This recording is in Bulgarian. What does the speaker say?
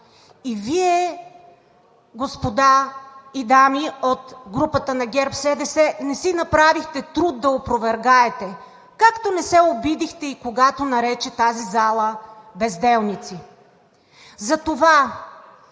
И Вие, господа и дами от групата на ГЕРБ-СДС, не си направихте труд да опровергаете! Както не се обидихте и когато нарече тази зала „безделници“!